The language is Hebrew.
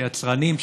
שיצרנים,